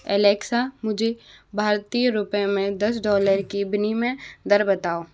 Alexa मुझे भारतीय रुपये में दस डॉलर की विनिमय दर बताओ